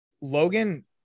Logan